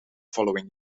following